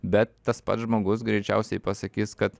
bet tas pats žmogus greičiausiai pasakys kad